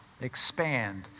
expand